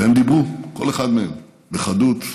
והם דיברו, כל אחד מהם, בחדות,